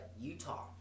Utah